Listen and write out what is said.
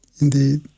Indeed